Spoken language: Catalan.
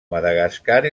madagascar